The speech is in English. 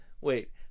wait